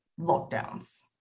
lockdowns